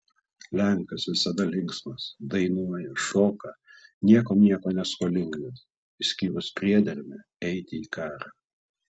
lenkas visada linksmas dainuoja šoka niekam nieko neskolingas išskyrus priedermę eiti į karą